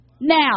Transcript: Now